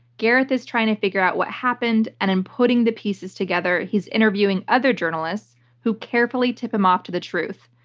gareth is trying to figure out what happened and, in putting pieces together, he's interviewing other journalists who carefully tip him off to the truth,